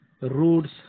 roots